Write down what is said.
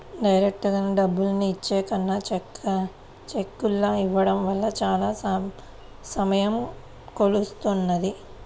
డైరెక్టుగా డబ్బుల్ని ఇచ్చే కన్నా చెక్కుల్ని ఇవ్వడం వల్ల చానా సమయం కలిసొస్తది